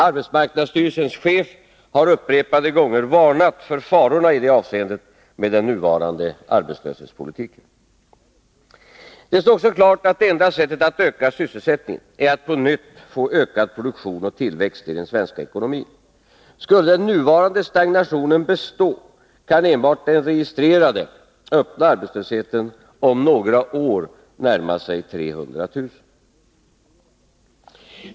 Arbetsmarknadsstyrelsens chef har upprepade gånger varnat för farorna i detta avseende med den nuvarande arbetslöshetspolitiken. Detstår också klart att det enda sättet att öka sysselsättningen är att på nytt få en ökad produktion och tillväxt i den svenska ekonomin. Skulle den nuvarande stagnationen bestå, kan enbart den registrerade, öppna arbetslösheten om några år närma sig 300 000.